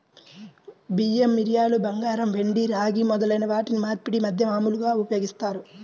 బియ్యం, మిరియాలు, బంగారం, వెండి, రాగి మొదలైన వాటిని మార్పిడి మాధ్యమాలుగా ఉపయోగిస్తారు